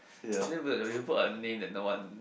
we shouldn't put a we will put a name that no one